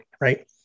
right